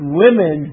women